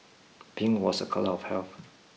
pink was a colour of health